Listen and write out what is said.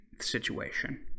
situation